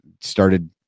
started